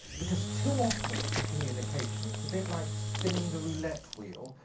because too often for communication, it's a bit like spinning the roulette wheel,